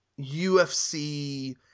UFC